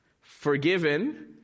forgiven